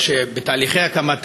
או שהיא בתהליכי הקמה.